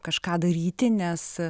kažką daryti nes